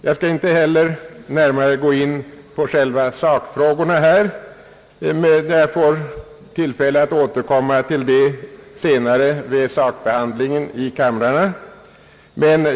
Jag skall inte heller närmare gå in på själva sakfrågorna. Jag får tillfälle att återkomma till dem senare vid sakbehandlingen i kamrarna.